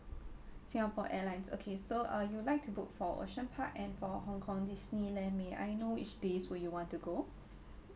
singapore airlines okay so uh you would like to book for ocean park and for hong-kong disneyland may I know which days will you want to go